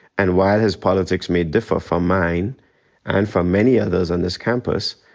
and while his politics may differ from mine and from many others on this campus,